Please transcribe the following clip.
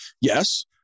yes